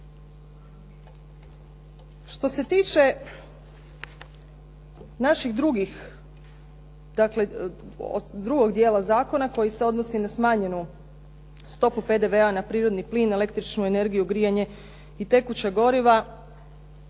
Što se tiče naših drugih, dakle drugog dijela zakona koji se odnosi na smanjenu stopu PDV-a na prirodni plin, električnu energiju, grijanje i tekuća goriva